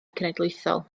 cenedlaethol